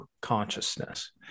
consciousness